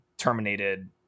terminated